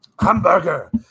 Hamburger